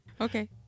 Okay